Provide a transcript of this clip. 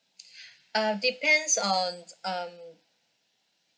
uh depends on um